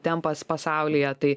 tempas pasaulyje tai